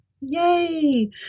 Yay